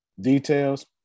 Details